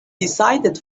decided